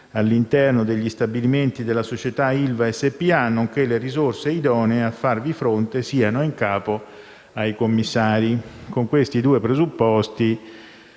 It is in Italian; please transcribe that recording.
all'interno degli stabilimenti della società ILVA SpA, nonché le risorse idonee a farvi fronte, siano in capo ai commissari. Con questi due presupposti,